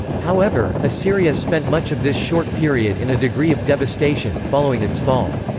however, assyria spent much of this short period in a degree of devastation, following its fall.